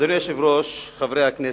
אדוני היושב-ראש, חברי הכנסת,